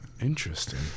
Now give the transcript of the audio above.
Interesting